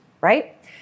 right